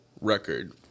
record